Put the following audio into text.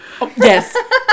yes